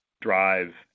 drive